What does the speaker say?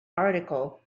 article